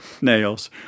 nails